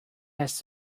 has